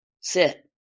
sit